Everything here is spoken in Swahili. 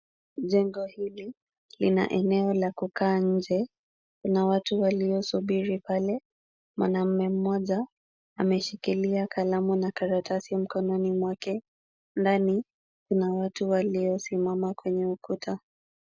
Jengo hili lina eneo la kukaa nje na watu waliosubiri pale. Mwanaume mmoja ameshikilia kalamu na karatasi mkononi mwake. Ndani kuna watu waliosimama kwenye ukuta.